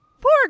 Poor